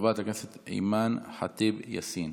חברת הכנסת אימאן ח'טיב יאסין,